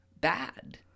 bad